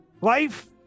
Life